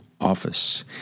office